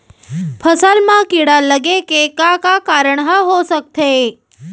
फसल म कीड़ा लगे के का का कारण ह हो सकथे?